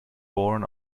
born